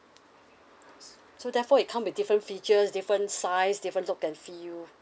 so therefore it come with different features different size different look and feel